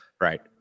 Right